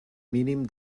mínim